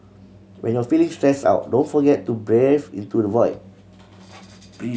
when you feeling stress out don't forget to breathe into the void